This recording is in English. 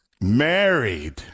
married